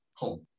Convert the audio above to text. home